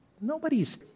Nobody's